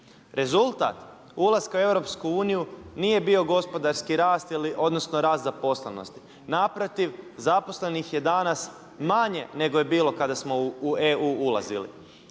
Rezultat ulaska u EU nije bio gospodarski rast, odnosno rast zaposlenosti. Naprotiv zaposlenih je danas manje nego je bilo kada smo u EU ulazili.